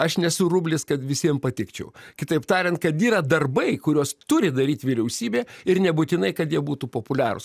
aš nesu rublis kad visiem patikčiau kitaip tariant kad yra darbai kuriuos turi daryt vyriausybė ir nebūtinai kad jie būtų populiarūs